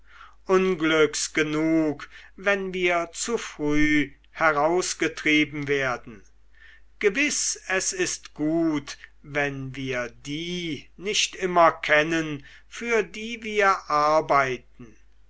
unglücks genug wenn wir zu früh herausgetrieben werden gewiß es ist gut wenn wir die nicht immer kennen für die wir arbeiten